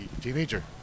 teenager